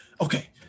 okay